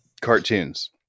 Cartoons